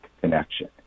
connection